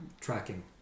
tracking